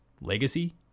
legacy